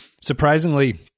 surprisingly